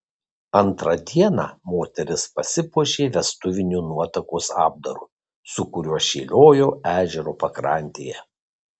antrą dieną moteris pasipuošė vestuviniu nuotakos apdaru su kuriuo šėliojo ežero pakrantėje